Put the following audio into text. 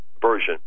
version